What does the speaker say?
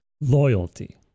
loyalty